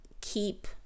keep